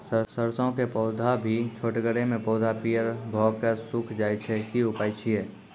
सरसों के पौधा भी छोटगरे मे पौधा पीयर भो कऽ सूख जाय छै, की उपाय छियै?